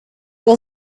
will